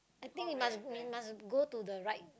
I think it must it must go to the right